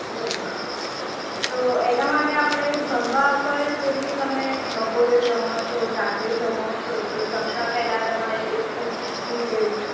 બોલો તો એના માટે આપણે જમવા ઉપર જેમ કે તમે બપોરે જમો છો રાત્રે જમો છો તો જમતા પહેલાં તમારે એક ચમચી ઘી લેવું